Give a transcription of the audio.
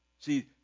See